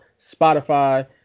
Spotify